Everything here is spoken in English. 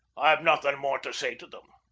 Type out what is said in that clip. i've nothing more to say to them.